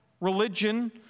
religion